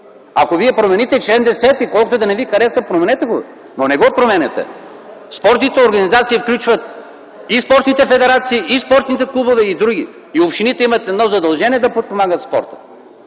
Ако промените чл. 10, колкото и да не ви харесва, променете го. Но не го променяте! Спортните организации включват и спортните федерации, и спортните клубове, и други. Общините имат едно задължение – да подпомагат спорта.